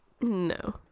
No